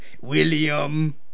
William